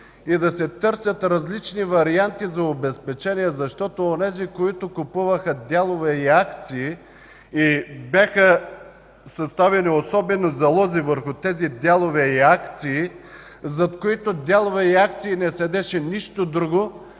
и да се търсят различни варианти за обезпечение, защото онези, които купуваха дялове и акции и бяха съставени особени залози върху тези дялове и акции, зад които не седеше нищо друго,